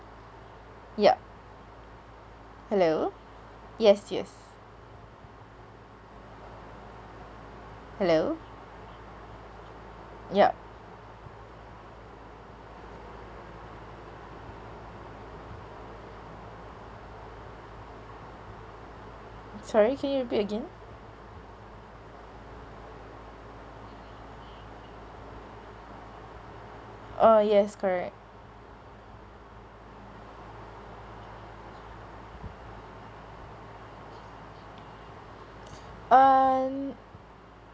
yup hello yes yes hello yup sorry ca you repeat again oh yes correct um